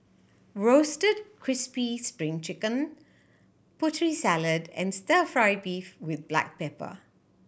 Roasted Crispy Spring Chicken Putri Salad and Stir Fry beef with black pepper